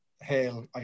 Hail